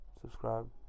subscribe